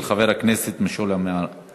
של חבר הכנסת משולם נהרי.